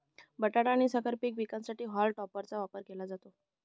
बटाटा आणि साखर बीट पिकांसाठी हॉल टॉपरचा वापर केला जातो